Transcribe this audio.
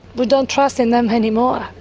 we don't trust in them anymore.